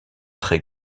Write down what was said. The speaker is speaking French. très